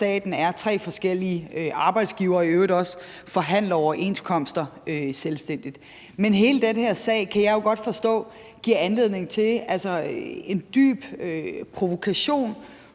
og staten er tre forskellige arbejdsgivere, som i øvrigt også forhandler overenskomster selvstændigt. Men hele den her sag kan jeg jo godt forstå giver anledning til en dyb provokation